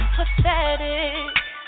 Pathetic